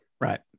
Right